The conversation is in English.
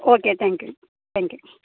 okay thank you thank you